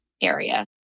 area